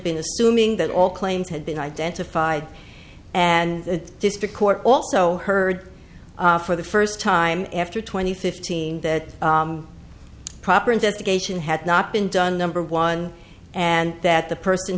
been assuming that all claims had been identified and the district court also heard for the first time after twenty fifteen that proper investigation had not been done number one and that the person